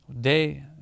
day